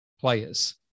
players